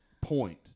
point